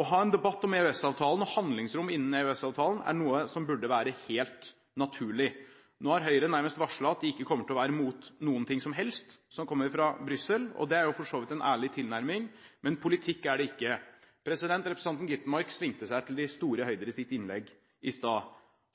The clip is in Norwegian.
Å ha en debatt om EØS-avtalen og handlingsrom innen EØS-avtalen er noe som burde være helt naturlig. Nå har Høyre nærmest varslet at de ikke kommer til å være imot noen ting som helst som kommer fra Brussel. Det er for så vidt en ærlig tilnærming, men politikk er det ikke. Representanten Skovholt Gitmark svingte seg til de store høyder i sitt innlegg i stad.